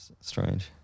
strange